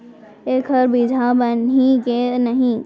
एखर बीजहा बनही के नहीं?